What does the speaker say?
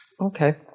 Okay